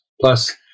Plus